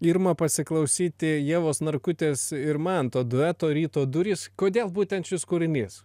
irma pasiklausyti ievos narkutės ir manto dueto ryto durys kodėl būtent šis kūrinys